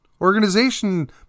organization